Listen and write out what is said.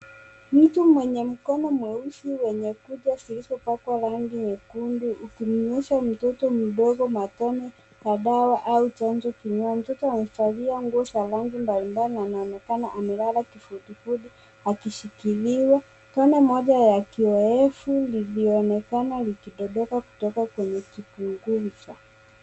Mtu mwenye mkono mweusi, wenye kucha zilizopakwa rangi nyekundu, ukimnywesha mtoto mdogo matone ya dawa au chanjo kinywani. Mtoto amevalia nguo za rangi mbalimbali na anaonekana amelala kifudifudi akishikiliwa. Tone moja ya kihohefu lilionekana likidondoka kutoka kwenye kipunguza.